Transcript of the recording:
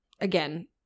Again